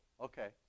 Okay